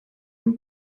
dem